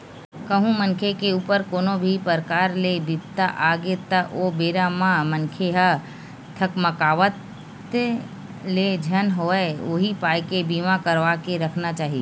कहूँ मनखे के ऊपर कोनो भी परकार ले बिपदा आगे त ओ बेरा म मनखे ह धकमाकत ले झन होवय उही पाय के बीमा करवा के रखना चाही